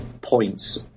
points